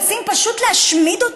רוצים פשוט להשמיד,